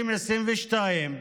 2022,